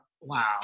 Wow